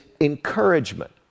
encouragement